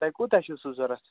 تۄہہِ کوٗتاہ چھُو سُہ ضوٚرتھ